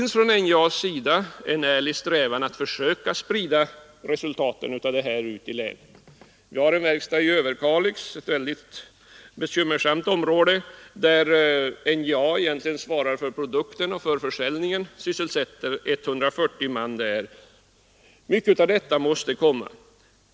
NJA har en ärlig strävan att försöka sprida resultaten av satsningen ut i länet. Vi har en verkstad i Överkalix — ett mycket bekymmersamt område — där NJA svarar för produkterna och för försäljningen och på detta sätt sysselsätter 140 man. Mycket mer av det slaget måste till.